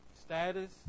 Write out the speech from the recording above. Status